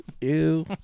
Ew